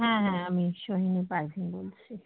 হ্যাঁ হ্যাঁ আমি সোহিনীর গার্জেন বলছি